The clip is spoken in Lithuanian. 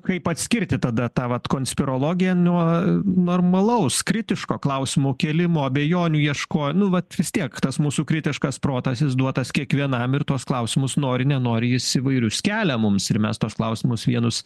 kaip atskirti tada tą vat konspirologiją nuo normalaus kritiško klausimų kėlimo abejonių ieškojo nu vat vis tiek tas mūsų kritiškas protas jis duotas kiekvienam ir tuos klausimus nori nenori jis įvairius kelia mums ir mes tuos klausimus vienus